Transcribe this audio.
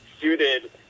suited